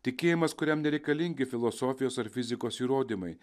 tikėjimas kuriam nereikalingi filosofijos ar fizikos įrodymai